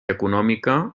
econòmica